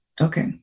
Okay